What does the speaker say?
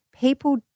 people